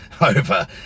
over